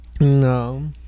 No